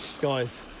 guys